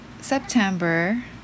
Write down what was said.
September